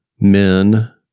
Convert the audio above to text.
men